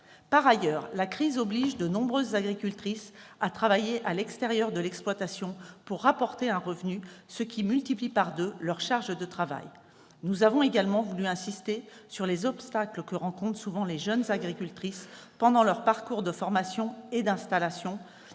Par ailleurs, la crise oblige de nombreuses agricultrices à travailler à l'extérieur de l'exploitation pour rapporter un revenu, ce qui multiplie par deux leur charge de travail. Nous avons également voulu insister sur les obstacles que rencontrent souvent les jeunes agricultrices pendant leur parcours de formation et d'installation,